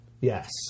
Yes